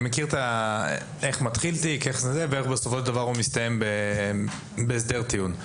אני מכיר איך מתחיל תיק ואיך בסופו של דבר הוא מסתיים בהסדר טיעון.